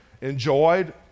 enjoyed